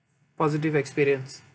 positive experience